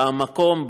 במקום,